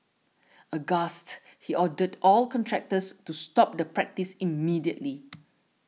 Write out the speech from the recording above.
aghast he ordered all contractors to stop the practice immediately